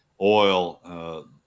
oil